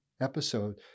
episode